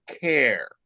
care